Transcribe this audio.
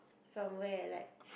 from where like